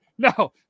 No